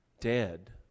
dead